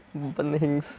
Ban Hengs